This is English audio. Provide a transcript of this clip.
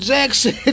Jackson